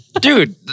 Dude